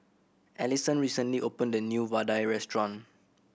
Alisson recently opened a new vadai restaurant